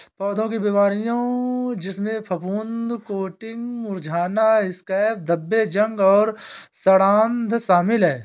पौधों की बीमारियों जिसमें फफूंदी कोटिंग्स मुरझाना स्कैब्स धब्बे जंग और सड़ांध शामिल हैं